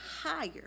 higher